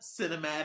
Cinematic